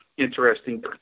interesting